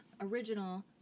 original